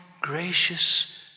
gracious